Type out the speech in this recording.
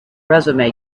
resume